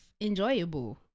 enjoyable